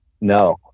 No